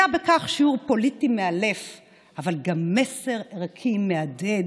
היה בכך שיעור פוליטי מאלף אבל גם מסר ערכי מהדהד,